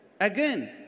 Again